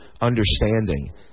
understanding